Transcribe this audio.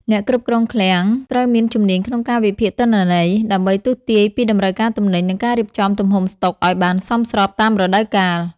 អ្នកគ្រប់គ្រងឃ្លាំងត្រូវមានជំនាញក្នុងការវិភាគទិន្នន័យ ដើម្បីទស្សន៍ទាយពីតម្រូវការទំនិញ និងការរៀបចំទំហំស្តុកឱ្យបានសមស្របតាមរដូវកាល។